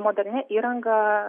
modernia įranga